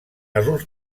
alguns